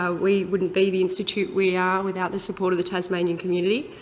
ah we wouldn't be the institute we are without the support of the tasmanian community,